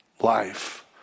life